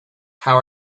how